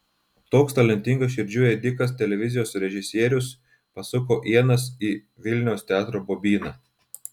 toks talentingas širdžių ėdikas televizijos režisierius pasuko ienas į vilniaus teatro bobyną